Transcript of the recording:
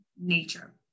nature